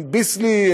"ביסלי",